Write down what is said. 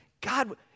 God